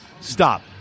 Stop